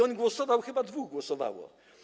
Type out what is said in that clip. On głosował, chyba dwóch głosowało.